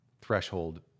threshold